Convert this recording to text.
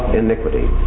iniquity